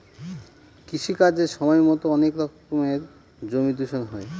কৃষি কাজের সময়তো অনেক রকমের জমি দূষণ হয়